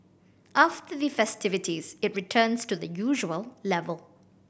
after the festivities it returns to the usual level